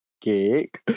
Cake